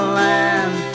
land